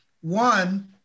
One